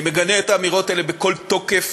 אני מגנה את האמירות האלה בכל תוקף,